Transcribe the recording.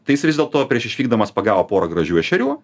tai jis vis dėl to prieš išvykdamas pagavo porą gražių ešerių